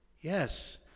Yes